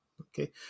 Okay